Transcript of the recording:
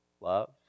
Love